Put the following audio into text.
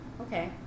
okay